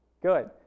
Good